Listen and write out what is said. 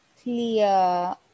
clear